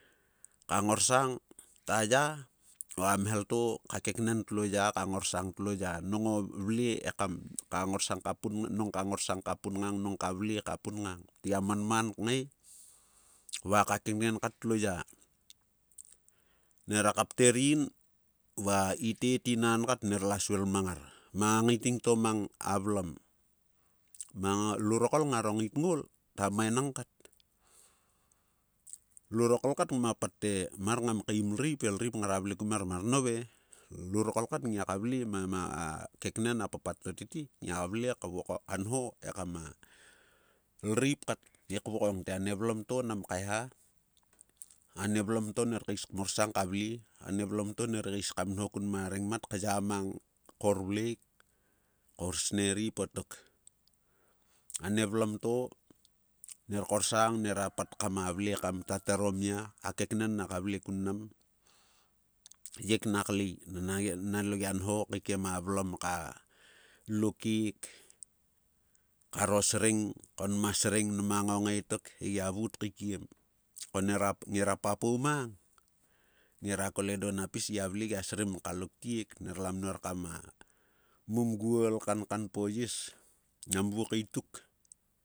Ka ngorsang ta ya, o a mhel to ka keknen tlo ya, ka ngorsang tlo ya. Nong o vle ekam ka ngorsang ka pun nong ka ngorsang ka pun ngang, nong ka vle ka pun ngang. Tgia manam kngae va ka keknen kat tlo ya. Nera kapter in va itet, inan kat, ner la svil mang ngar. Mang a ngaiting to mang a vlom. Mang lurokol ngaro ngait ngaol ta maenang kat. Lurokol kat ngma pat te, mar ngam kaim lreip, he lreip ngara vle kumer mar. Nove, lurokol kat ngia ka vle ma ma a keknen, a papat. To tete ngia vle ka nho ekam a, lreip kat e kvokon te a ne vlom to, a ne vlom to. a ne vlom to ner kais kmorsang ka vle, ane vlom to ner kais kam nho kun ma rengmat, kya mang kaorvlek kaorsnerip o tok. Ane vlom to ner korsang nero pat kama vle kam tater o mia, a keknen naka vle kun mnam, yek nak lei. Na gia. na lo gia nho kaikiem a vlom kalo kek karo sreng nma sreng, nma ngo ngae tok he gia vut kaikiem. Ko ngera papou mang ngera kol eola na pis gia vle gia srim kalo ktiek. Ner la mnor kama mumguol, kankan po yia, nam bu kaituk. Ipai